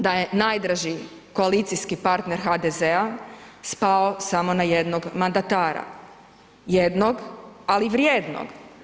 Da je najdraži koalicijski partner HDZ-a spao samo na jednog mandatara, jednog, ali vrijednog.